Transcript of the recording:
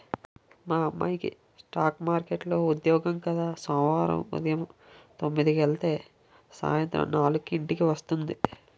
మా అమ్మాయికి స్ఠాక్ మార్కెట్లో ఉద్యోగం కద సోమవారం ఉదయం తొమ్మిదికెలితే సాయంత్రం నాలుక్కి ఇంటికి వచ్చేస్తుంది